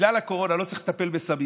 בגלל הקורונה לא צריך לטפל בסמים,